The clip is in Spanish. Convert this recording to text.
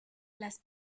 las